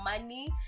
money